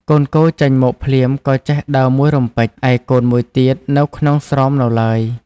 កូនគោចេញមកភ្លាមក៏ចេះដើរមួយរំពេច ឯកូនមួយទៀតនៅក្នុងស្រោមនៅឡើយ ។